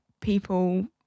people